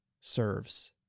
serves